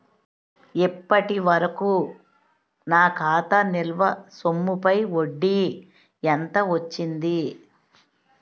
ఇప్పటి వరకూ నా ఖాతా నిల్వ సొమ్ముపై వడ్డీ ఎంత వచ్చింది?